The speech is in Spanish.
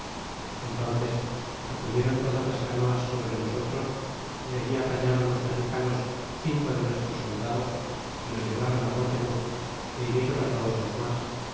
m'ices acudieran todas las canoas sobre nosotros y allí apañaron los mexicanos cinco de nuestros soldados y los lleváron guatemuz hirieron todos los mas